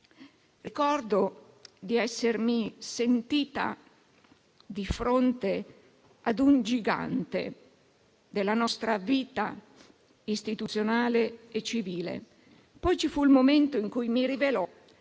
Ricordo di essermi sentita di fronte a un gigante della nostra vita istituzionale e civile. Poi ci fu il momento in cui mi rivelò